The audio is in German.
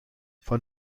von